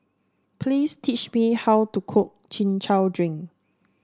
please teach me how to cook Chin Chow Drink